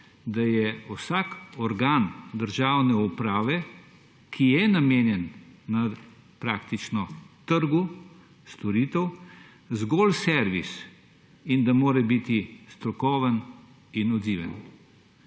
da je vsak organ državne uprave, ki je namenjen praktično trgu storitev, zgolj servis in da mora strokoven in odziven.